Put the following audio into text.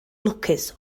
lwcus